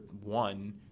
one